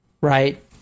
right